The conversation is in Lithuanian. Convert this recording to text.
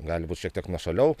gali būt šiek tiek nuošaliau